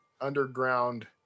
underground